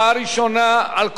על כל חוק בנפרד,